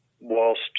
whilst